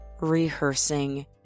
rehearsing